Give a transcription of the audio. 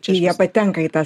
čia jie patenka į tą